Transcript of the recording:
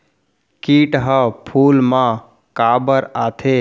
किट ह फूल मा काबर आथे?